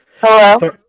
Hello